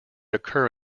occur